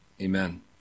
Amen